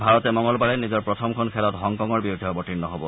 ভাৰতে মঙলবাৰে নিজৰ প্ৰথমখন খেলত হংকঙৰ বিৰুদ্ধে অৱতীৰ্ণ হ'ব